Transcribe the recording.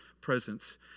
presence